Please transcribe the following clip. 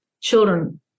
children